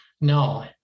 no